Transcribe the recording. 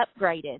upgraded